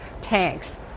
tanks